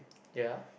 ya